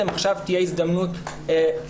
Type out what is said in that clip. עכשיו תהיה הזדמנות לבחון מחדש את הדבר הזה.